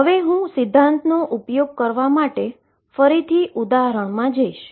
હવે હુ પ્રિન્સીપલનો ઉપયોગ કરવા માટે ફરીથી હું ઉદાહરણમાં જઈશ